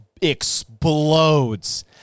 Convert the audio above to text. explodes